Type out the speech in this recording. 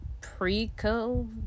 pre-COVID